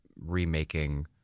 remaking